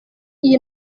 iyi